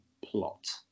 plot